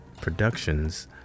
Productions